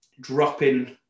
dropping